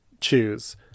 choose